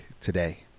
today